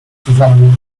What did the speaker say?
zusammen